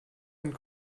und